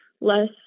less